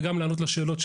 וגם לענות לשאלות,